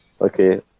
Okay